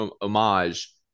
homage